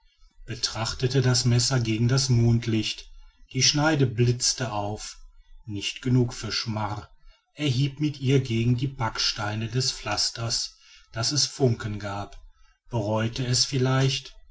betrachtete das messer gegen das mondlicht die schneide blitzte auf nicht genug für schmar er hieb mit ihr gegen die backsteine des pflasters daß es funken gab bereute es vielleicht